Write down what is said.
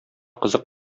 кызык